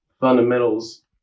fundamentals